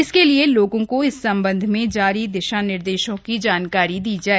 इसके लिए लोगों को इस संबंध में जारी दिशा निर्देशों की जानकारी दी जाए